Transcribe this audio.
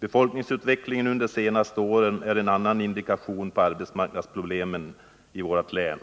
Befolkningsutvecklingen under de senaste åren är en annan indikation på arbetsmarknadsproblemen i Gävleborgs län.